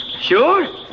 sure